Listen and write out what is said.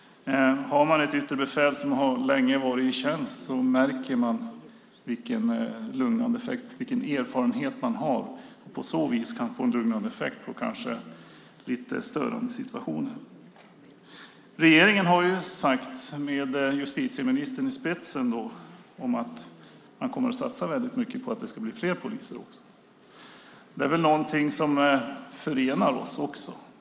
Har man ett yttre befäl som har varit i tjänst länge märker man vilken erfarenhet som finns, och på så vis kan man få en lugnande effekt i lite störande situationer. Regeringen med justitieministern i spetsen har sagt att man kommer att satsa väldigt mycket på att det ska bli fler poliser också. Det är någonting som också förenar oss.